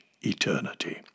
eternity